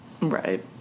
Right